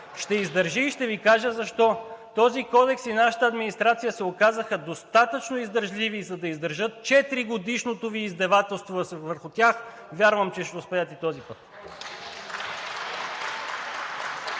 ще издържи и ще Ви кажа защо. Този кодекс и нашата администрация се оказаха достатъчно издръжливи, за да издържат четиригодишното Ви издевателство върху тях, вярвам, че ще успеят и този път.